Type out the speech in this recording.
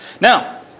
Now